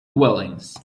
dwellings